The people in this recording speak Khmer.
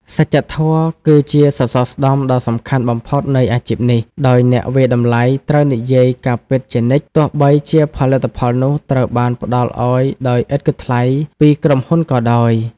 សច្ចធម៌គឺជាសសរស្តម្ភដ៏សំខាន់បំផុតនៃអាជីពនេះ ដោយអ្នកវាយតម្លៃត្រូវនិយាយការពិតជានិច្ច ទោះបីជាផលិតផលនោះត្រូវបានផ្តល់ឱ្យដោយឥតគិតថ្លៃពីក្រុមហ៊ុនក៏ដោយ។